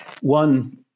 one